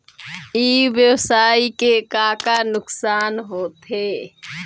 ई व्यवसाय के का का नुक़सान होथे?